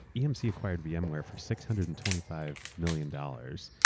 emc acquired vmware for six hundred and twenty five million dollars.